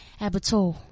Abattoir